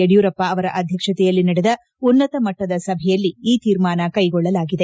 ಯಡಿಯೂರಪ್ಪ ಅವರ ಅಧ್ಯಕ್ಷತೆಯಲ್ಲಿ ನಡೆದ ಉನ್ನತ ಮಟ್ಟದ ಸಭೆಯಲ್ಲಿ ಈ ತೀರ್ಮಾನ ಕೈಗೊಳ್ಳಲಾಗಿದೆ